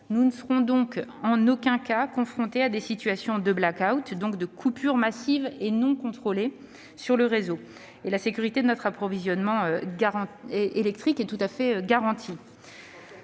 Nous ne serons donc en aucun cas confrontés à des situations de blackout, c'est-à-dire à des coupures massives et non contrôlées sur le réseau. La sécurité de notre approvisionnement électrique est tout à fait garantie.